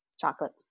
Chocolate